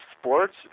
sports